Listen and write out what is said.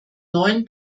neuen